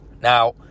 Now